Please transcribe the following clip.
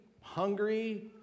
hungry